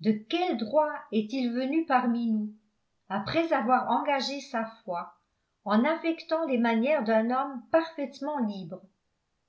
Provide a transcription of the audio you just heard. de quel droit est-il venu parmi nous après avoir engagé sa foi en affectant les manières d'un homme parfaitement libre